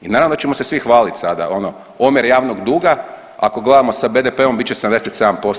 I naravno da ćemo se svi hvaliti sada, ono omjer javnog duga ako gledamo sa BDP-om bit će 77%